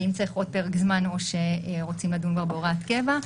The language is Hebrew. האם צריך פרק זמן נוסף או שרוצים לדון כבר בהוראת קבע.